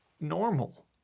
normal